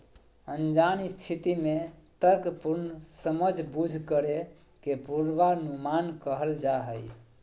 अनजान स्थिति में तर्कपूर्ण समझबूझ करे के पूर्वानुमान कहल जा हइ